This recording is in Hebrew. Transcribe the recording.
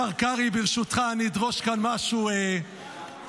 השר קרעי, ברשותך, אני אדרוש כאן משהו מתוך